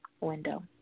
window